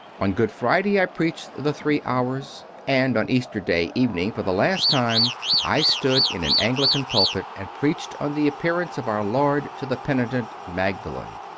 on good friday i preached the three hours, and on easter day evening for the last time i stood in an anglican pulpit and preached on the appearance of our lord to the penitent magdalene.